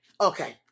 okay